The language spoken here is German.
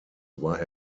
war